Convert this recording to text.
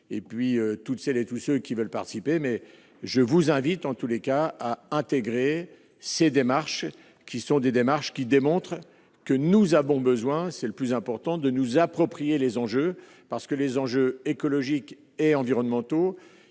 et puis toutes celles et tous ceux qui veulent participer mais je vous invite en tous les cas à intégrer ces démarches qui sont des démarches qui démontre que nous avons besoin, c'est le plus important de nous approprier les enjeux parce que les enjeux écologiques et environnementaux,